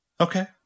okay